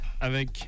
avec